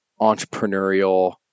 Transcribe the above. entrepreneurial